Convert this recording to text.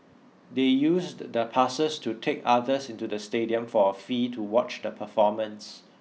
they used the passes to take others into the stadium for a fee to watch the performance